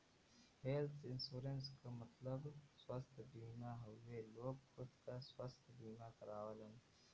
health insurance क मतलब स्वस्थ बीमा हउवे लोग खुद क स्वस्थ बीमा करावलन